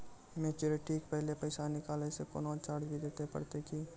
Maturity के पहले पैसा निकालै से कोनो चार्ज भी देत परतै की?